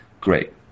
Great